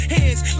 Hands